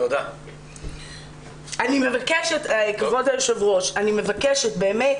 אני מבקשת, כבוד היושב-ראש, באמת